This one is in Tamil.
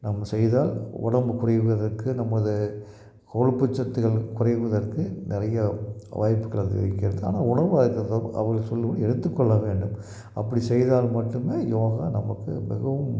நம்ம செய்தால் உடம்பு குறைவதற்கு நமது கொழுப்புச் சத்துகள் குறைவதற்கு நிறையா வாய்ப்புகள் அதிகரிக்கிறது ஆனால் உணவு அதுக்கு தகுந்தாப்பில் அவர்கள் சொல்லுவதை எடுத்துக் கொள்ள வேண்டும் அப்படி செய்தால் மட்டுமே யோகா நமக்கு மிகவும்